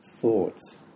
thoughts